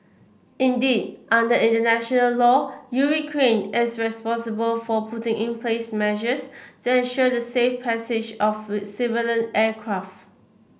indeed under international law is responsible for putting in place measures to ensure the safe passage of civilian aircraft